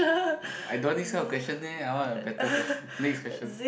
I don't want this kind question leh I want a better question next question